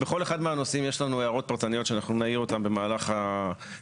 בכל אחד מהנושאים יש לנו הערות פרטניות שאנחנו נעיר אותן במהלך הדיונים.